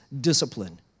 discipline